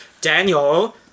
Daniel